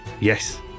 yes